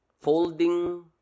Folding